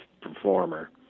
performer